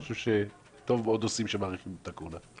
אני חושב שטוב מאוד עושים שמאריכים את הכהונה.